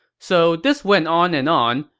so this went on and on.